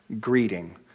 greeting